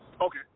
Okay